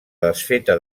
desfeta